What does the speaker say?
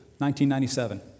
1997